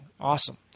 Awesome